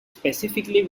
specifically